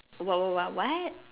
what what what what